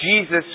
Jesus